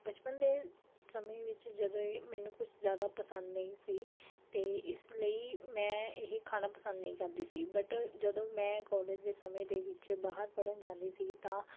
ਬਚਪਨ ਦੇ ਸਮੇਂ ਵਿੱਚ ਜਦੋਂ ਮੈਨੂੰ ਕੁਛ ਜ਼ਿਆਦਾ ਪਸੰਦ ਨਹੀਂ ਸੀ ਅਤੇ ਇਸ ਲਈ ਮੈਂ ਇਹ ਖਾਣਾ ਪਸੰਦ ਨਹੀਂ ਕਰਦੀ ਸੀ ਬਟ ਜਦੋਂ ਮੈਂ ਕਾਲਜ ਦੇ ਸਮੇਂ ਦੇ ਵਿੱਚ ਬਾਹਰ ਪੜ੍ਹਨ ਜਾਂਦੀ ਸੀ ਤਾਂ